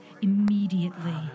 immediately